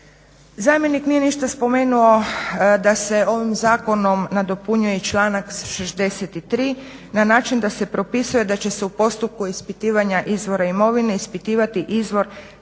Zamjenik nije ništa spomenuo da se ovim zakonom nadopunjuje i članak 63. na način da se propisuje da će se u postupku ispitivanja izvora imovine ispitivati izvor